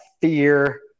fear